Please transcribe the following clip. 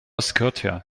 scotia